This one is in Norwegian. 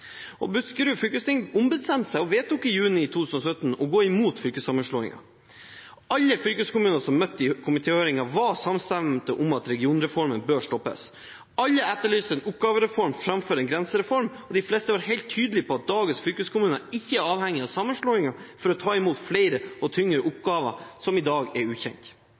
fylkeskommunene.» Buskerud fylkesting ombestemte seg og vedtok i juni 2017 å gå imot fylkessammenslåingen. Alle fylkeskommunene som møtte i komitéhøringen, var samstemte i at regionreformen bør stoppes. Alle etterlyser en oppgavereform framfor en grensereform, og de fleste var helt tydelige på at dagens fylkeskommuner ikke er avhengig av sammenslåinger for å ta imot flere og tyngre oppgaver som i dag er ukjent.